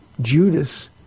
Judas